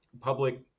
public